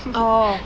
orh